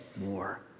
more